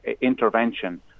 intervention